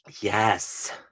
Yes